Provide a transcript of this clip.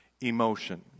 emotion